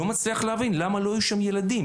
אני לא מצליח להבין למה לא היו שם ילדים.